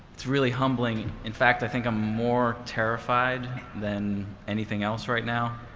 it's really humbling in fact, i think i'm more terrified than anything else right now